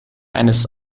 eines